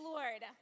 Lord